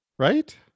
right